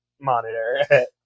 monitor